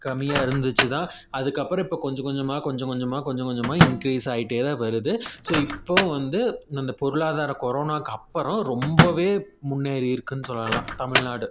கம்மியாக இருந்துச்சு தான் அதுக்கப்புறம் இப்போ கொஞ்சம் கொஞ்சமாக கொஞ்சம் கொஞ்சமாக கொஞ்சம் கொஞ்சமாக இன்க்ரீஸ் ஆகிட்டே தான் வருது ஸோ இப்போது வந்து அந்த பொருளாதாரம் கொரோனாவுக்கு அப்புறம் ரொம்பவே முன்னேறியிருக்குன்னு சொல்லலாம் தமிழ்நாடு